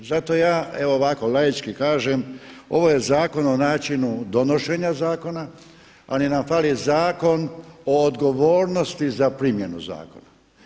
Zato ja evo ovako laički kažem ovo je Zakon o načinu donošenja zakona, ali nam fali zakon o odgovornosti za primjenu zakona.